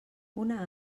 una